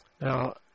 Now